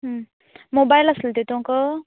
mobile आसलें तेतूक